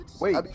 wait